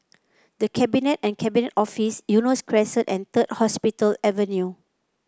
The Cabinet and Cabinet Office Eunos Crescent and Third Hospital Avenue